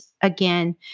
again